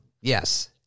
yes